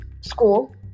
school